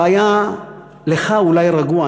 שהיה לך אולי רגוע,